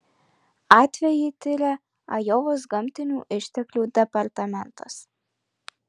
atvejį tiria ajovos gamtinių išteklių departamentas